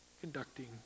conducting